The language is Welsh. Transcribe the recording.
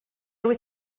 wyt